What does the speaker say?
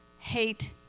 hate